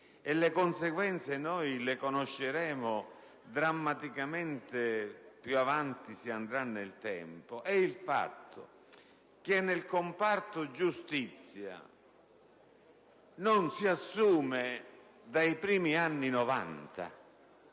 e le conseguenze le conosceremo drammaticamente più avanti si andrà nel tempo - è che nel comparto giustizia non si assume dai primi anni Novanta